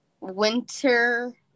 winter